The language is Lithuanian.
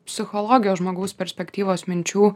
psichologijos žmogaus perspektyvos minčių